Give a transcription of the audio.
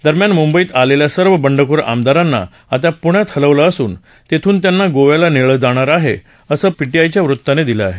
दरम्यान मुंबईत आलेल्या सर्व बंडखोर आमदारांना आता पुण्यात हलवलं असून तिथून त्यांना गोव्याला नेलं जाणार असल्याचं वृत्त पीटीआयनं दिलं आहे